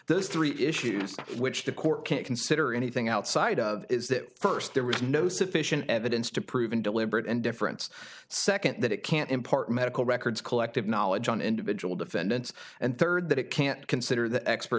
those three issues which the court can consider anything outside of is that first there was no sufficient evidence to prove and deliberate indifference second that it can't impart medical records collective knowledge on individual defendants and third that it can't consider the expert